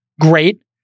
great